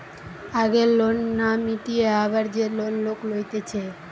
আগের লোন না মিটিয়ে আবার যে লোন লোক লইতেছে